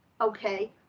okay